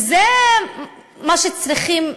וזה מה שצריכים